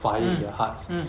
mm mm